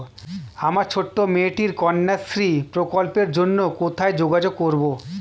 আমার ছোট্ট মেয়েটির কন্যাশ্রী প্রকল্পের জন্য কোথায় যোগাযোগ করব?